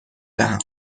دهم